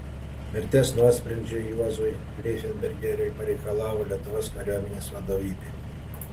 mirties nuosprendžio juozui greifenbergeriui pareikalavo lietuvos kariuomenės vadovybė